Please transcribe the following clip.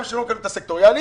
גם לא מקבלים את הסקטוריאלי